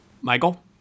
michael